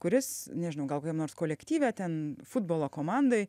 kuris nežinau gal kokiame nors kolektyve ten futbolo komandoj